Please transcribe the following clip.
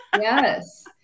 Yes